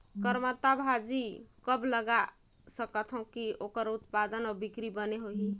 करमत्ता भाजी कब लगाय सकत हो कि ओकर उत्पादन अउ बिक्री बने होही?